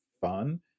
fun